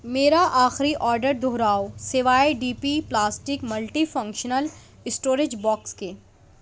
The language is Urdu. میرا آخری آرڈر دوہراؤ سوائے D P plastic multi functional storage box کے